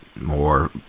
more